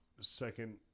second